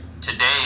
Today